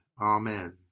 Amen